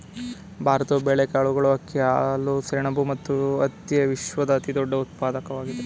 ಭಾರತವು ಬೇಳೆಕಾಳುಗಳು, ಅಕ್ಕಿ, ಹಾಲು, ಸೆಣಬು ಮತ್ತು ಹತ್ತಿಯ ವಿಶ್ವದ ಅತಿದೊಡ್ಡ ಉತ್ಪಾದಕವಾಗಿದೆ